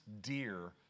dear